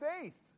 faith